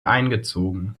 eingezogen